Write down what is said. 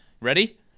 Ready